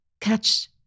catch